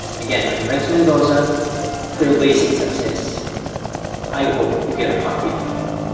again, i'm rex mendoza trailblazing success i hope you get a copy of my book.